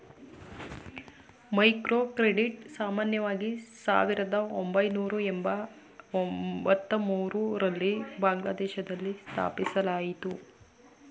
microcredit ಸಾಮಾನ್ಯವಾಗಿ ಸಾವಿರದ ಒಂಬೈನೂರ ಎಂಬತ್ತಮೂರು ರಲ್ಲಿ ಬಾಂಗ್ಲಾದೇಶದಲ್ಲಿ ಸ್ಥಾಪಿಸಲಾಯಿತು